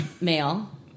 male